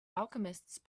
alchemists